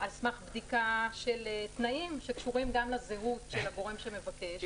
על סמך בדיקה של תנאים שקשורים גם לזהות של הגורם שמבקש.